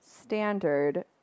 standard